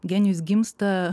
genijus gimsta